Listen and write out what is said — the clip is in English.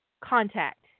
contact